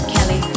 Kelly